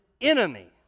enemy